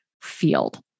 field